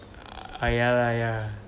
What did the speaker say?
ah ya lah ya